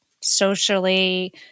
socially